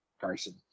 Carson